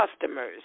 customers